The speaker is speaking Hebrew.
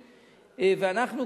ואנחנו,